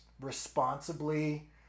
responsibly